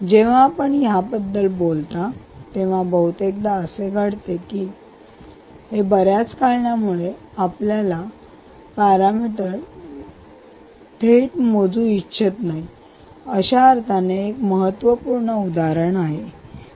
जेव्हा आपण याबद्दल बोलता तेव्हा बहुतेकदा असे घडते हे बर्याच कारणांमुळे आपल्याला स्वारस्याचे पॅरामीटर थेट मोजू इच्छित नाही अशा अर्थाने हे एक महत्त्वपूर्ण उदाहरण आहे